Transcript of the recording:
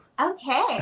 Okay